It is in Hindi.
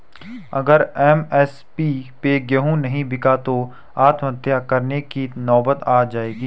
अगर एम.एस.पी पे गेंहू नहीं बिका तो आत्महत्या करने की नौबत आ जाएगी